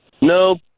No